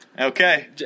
Okay